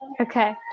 Okay